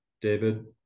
david